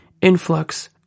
influx